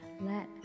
Let